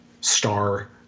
star